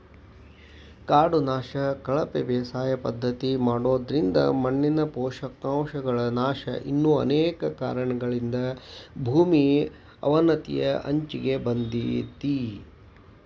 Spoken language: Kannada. ಕಾಡು ನಾಶ, ಕಳಪೆ ಬೇಸಾಯ ಪದ್ಧತಿ ಮಾಡೋದ್ರಿಂದ ಮಣ್ಣಿನ ಪೋಷಕಾಂಶಗಳ ನಾಶ ಇನ್ನು ಅನೇಕ ಕಾರಣಗಳಿಂದ ಭೂಮಿ ಅವನತಿಯ ಅಂಚಿಗೆ ಬಂದೇತಿ